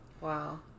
Wow